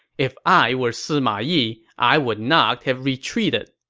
if i were sima yi, i would not have retreated.